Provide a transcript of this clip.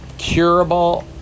curable